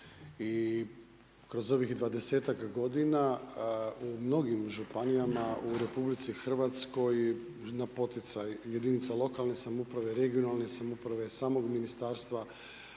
kroz ovih 20-tak godina u mnogim županijama u Republici Hrvatskoj na poticaj jedinica lokalne samouprave, regionalne samouprave, samog ministarstva,